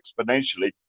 exponentially